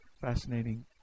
fascinating